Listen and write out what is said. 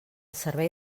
servei